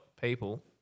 people